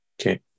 Okay